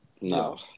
No